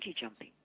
jumping